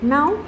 Now